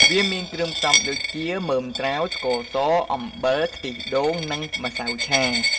វាមានគ្រឿងផ្សំដូចជា មើមត្រាវ ស្ករស អំបិល ខ្ទិះដូង និង ម្សៅឆា។